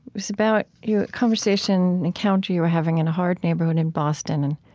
it's about your conversation encounter, you were having in a hard neighborhood in boston and